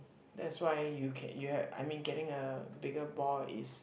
that's why you can you have I mean getting a bigger ball is